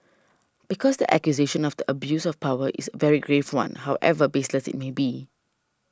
because the accusation of the abuse of power is a very grave one however baseless it may be